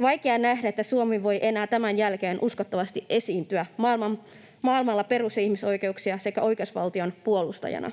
Vaikea nähdä, että Suomi voi enää tämän jälkeen uskottavasti esiintyä maailmalla perus- ja ihmisoikeuksien sekä oikeusvaltion puolustajana.”